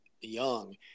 young